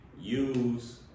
use